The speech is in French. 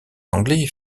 anglais